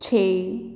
ਛੇ